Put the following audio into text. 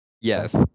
Yes